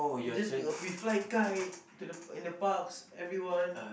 we just we fly kite to the in the clouds everyone